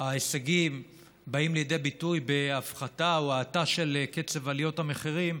ההישגים באים לידי ביטוי בהפחתה או האטה של קצב עליות המחירים,